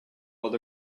but